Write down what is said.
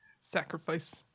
Sacrifice